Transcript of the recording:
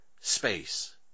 space